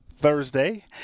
Thursday